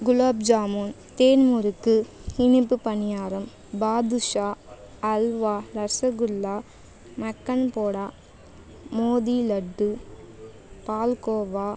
குலோப் ஜாமுன் தேன் முறுக்கு இனிப்பு பணியாரம் பாதுஷா அல்வா ரசகுல்லா மக்கன் போடா மோதி லட்டு பால்கோவா